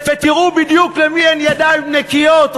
ותראו בדיוק למי אין ידיים נקיות,